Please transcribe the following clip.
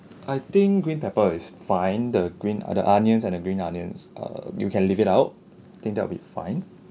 I think green pepper is fine the green ah the onions and the green onions err you can leave it out think that'll be fine